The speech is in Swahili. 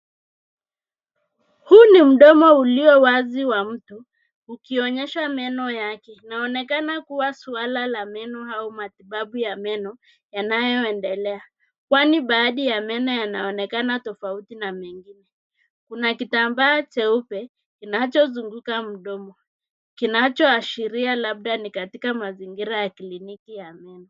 Huu ni mdomo ulio wazi wa mtu ukionyesha meno yake. Inaonekana kuna swala la meno au matibabu ya meno yanayoendelea kwani baadhi ya meno yanaonekana tofauti na mengine. Kuna kitambaa kinachozunguka mdomo kinachoashiria labda ni katika mazingira ya kliniki.